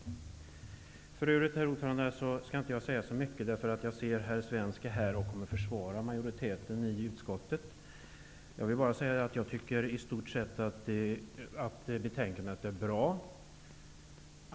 För övrigt skall jag inte säga så mycket, då herr Svensk är här och kommer att försvara majoriteten i utskottet. Jag tycker att betänkandet i stort sett är bra.